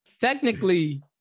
Technically